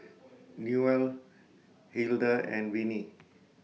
Newell Hilda and Vinie